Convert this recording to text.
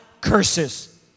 curses